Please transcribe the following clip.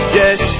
yes